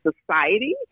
society